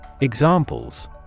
Examples